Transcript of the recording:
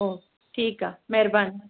okay ठीकु आहे महिरबानी